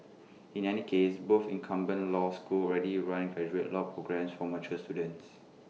in any case both incumbent law schools already run graduate law programmes for mature students